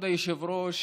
כבוד היושב-ראש,